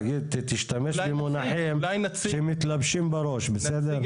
תגיד, תשתמש במונחים שמתלבשים בראש, בסדר?